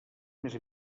més